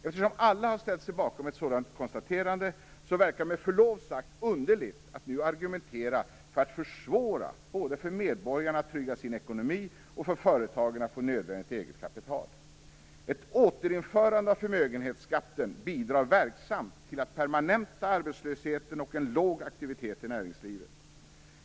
Eftersom alla har ställt sig bakom ett sådant konstaterande, verkar det med förlov sagt underligt att nu argumentera för att försvåra både för medborgarna att trygga sin ekonomi och för företagen att få nödvändigt eget kapital. Ett återinförande av förmögenhetsskatten bidrar verksamt till att permanenta arbetslösheten och en låg aktivitet i näringslivet.